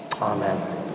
Amen